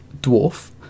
dwarf